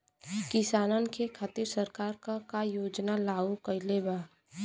किसानन के खातिर सरकार का का योजना लागू कईले बा?